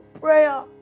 prayer